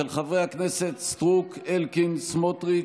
של חברי הכנסת סטרוק, אלקין, סמוטריץ'